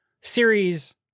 series